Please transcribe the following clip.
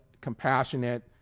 compassionate